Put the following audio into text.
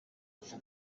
mibisha